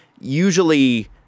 usually